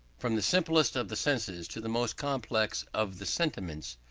from the simplest of the senses to the most complex of the sentiments.